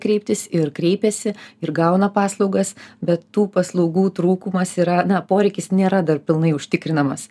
kreiptis ir kreipėsi ir gauna paslaugas bet tų paslaugų trūkumas yra na poreikis nėra dar pilnai užtikrinamas